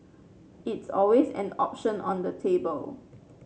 it's always an option on the table